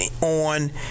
on